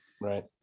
right